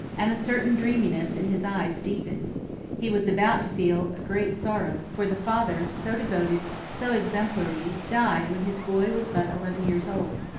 and a certain dreaminess in his eyes deepened he was about to feel a great sorrow, for the father, so devoted, so exemplary, died when his boy was but eleven years old.